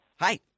Hi